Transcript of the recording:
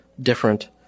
different